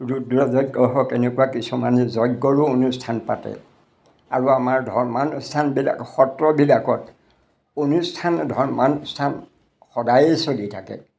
ৰুদ্ৰ যজ্ঞ হওক এনেকুৱা কিছুমানে যজ্ঞৰো অনুষ্ঠান পাতে আৰু আমাৰ ধৰ্মানুষ্ঠানবিলাক সত্ৰবিলাকত অনুষ্ঠান ধৰ্মানুষ্ঠান সদায়েই চলি থাকে